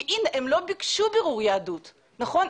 כי הנה, הם לא ביקשו בירור יהדות, נכון?